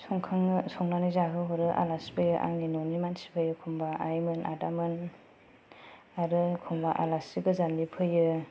संनानै जाहोहरो आलासि फैयो आंनि न'नि मानसि फैयो एखम्बा आइमोन आदामोन आरो एखम्बा आलासि गोजाननि फैयो